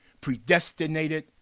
predestinated